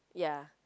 ya